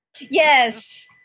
Yes